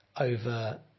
over